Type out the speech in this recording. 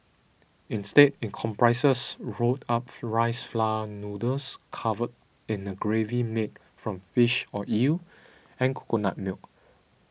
instead it comprises rolled up rice flour noodles covered in a gravy made from fish or eel and coconut milk